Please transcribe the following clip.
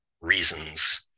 reasons